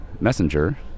Messenger